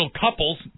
couples